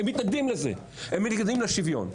הם מתנגדים לזה, הם מתנגדים לשוויון,